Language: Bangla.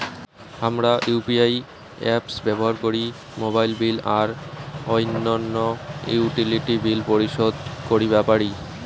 হামরা ইউ.পি.আই অ্যাপস ব্যবহার করি মোবাইল বিল আর অইন্যান্য ইউটিলিটি বিল পরিশোধ করিবা পারি